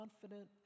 confident